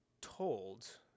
told